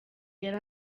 yari